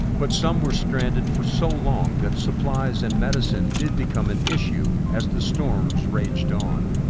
but some were stranded for so long that supplies and medicine did become an issue, as the storms raged on.